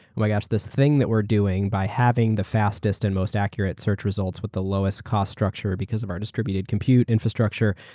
like as this thing that we're doing by having the fastest and most accurate search results with the lowest cost structure because of our distributed compute infrastructure,